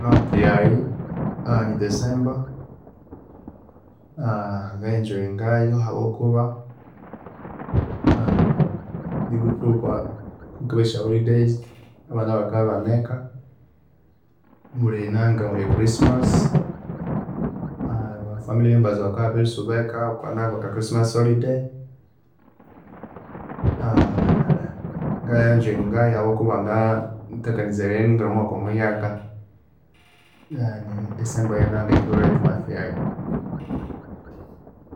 Month yayi ni december nga enjoyingayu habokuba nibu thuku bukabya bwesya holidays abana bakabya ibaneka, mulinanga muli e christmass abafamily members bakababisubeka okwananga okwaka christmass holiday nga enjoyinga yu habokuba nga thakanizaya eribya ngingira omwamwaka omuhyaka nedecember ye favorite month yayi